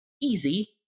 easy